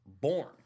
born